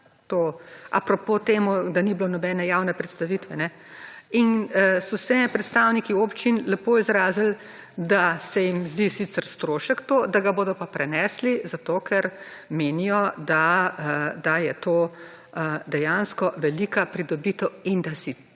a propo temu, da ni bilo nobene javne predstavitve. In so se predstavniki občin lepo izrazili, da se jim zdi sicer strošek to, da ga bodo pa prenesli zato, ker menijo, da je to dejansko velika pridobitev in da si